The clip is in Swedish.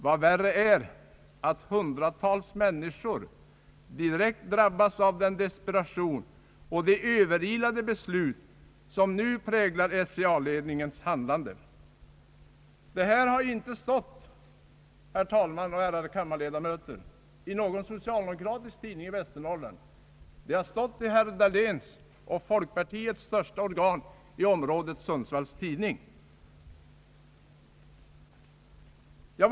Vad värre är är att hundratals människor direkt drabbas av den desperation och de överilade beslut, som nu präglar SCA-ledningens handlande.» Detta har inte stått, herr talman och ärade kammarledamöter, i en socialdemokratisk tidning i Västernorrland. Det har stått i herr Dahléns och folkpartiets största organ i området, Sundsvalls Tidning.